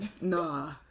Nah